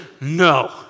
no